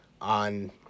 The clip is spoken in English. on